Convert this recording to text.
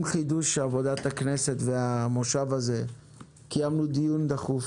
עם חידוש עבודת הכנסת והמושב הזה קיימנו דיון דחוף